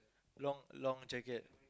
long long jacket